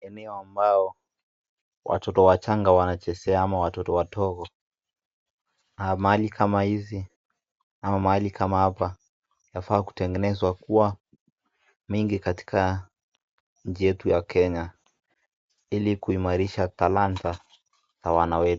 Eneo ambao watoto wachanga wanachezea ama watoto wadogo, mahali kama hizi ama mahali kama hapa, inafaa kutengenezwa kuwa mingi katika nchi yetu ya Kenya, ili kuimarisha talanta za wana wetu.